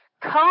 come